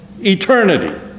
eternity